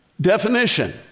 Definition